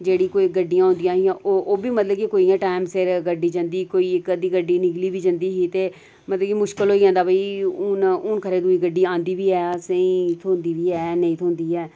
जेह्ड़ी मतलब गड्डियां होंदियां हां ओह् ओह् बी टैम सिर गड्डी जंदी कोई इक अद्धी गड्डी निकली बी जंदी ही ते मतलब कि मुश्कल होई जंदा हा हून हून खरै दूई गड्डी बी ऐ असेंगी थ्होंदी बी ऐ